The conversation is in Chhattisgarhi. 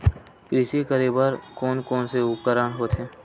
कृषि करेबर कोन कौन से उपकरण होथे?